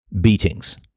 beatings